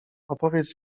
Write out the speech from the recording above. opowiedz